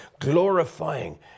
glorifying